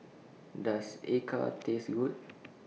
Does Acar Taste Good